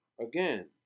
Again